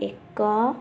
ଏକ